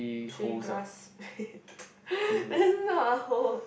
three glass that's not a hole